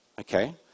Okay